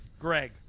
Greg